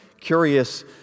curious